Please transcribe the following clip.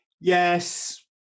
Yes